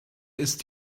ist